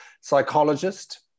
psychologist